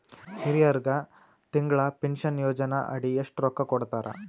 ಹಿರಿಯರಗ ತಿಂಗಳ ಪೀನಷನಯೋಜನ ಅಡಿ ಎಷ್ಟ ರೊಕ್ಕ ಕೊಡತಾರ?